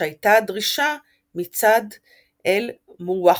שהייתה הדרישה מצד אל-מווחידון,